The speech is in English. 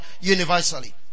universally